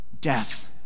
death